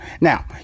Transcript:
Now